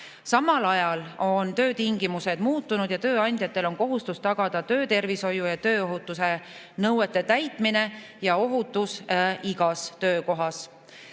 Samal ajal on töötingimused muutunud ning tööandjatel on kohustus tagada töötervishoiu ja tööohutuse nõuete täitmine ja ohutus igas töökohas.